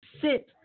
sit